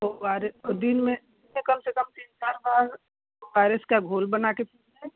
ओ R S को दिन में कम से कम तीन चार बार ओ आर एस का घोल बनाकर पीजिए